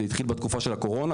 זה התחיל בתקופה של הקורונה,